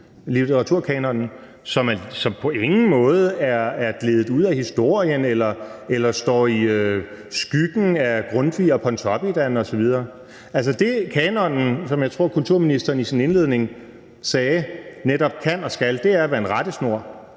litteraturkanonlisten, og som på ingen måde er gledet ud af historien eller står i skyggen af Grundtvig og Pontoppidan osv. Det, kanonen, som jeg tror kulturministeren sagde i sin indledning, netop kan og skal, er at være en rettesnor